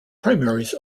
primaries